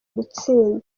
gutsinda